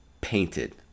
painted